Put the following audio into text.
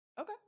Okay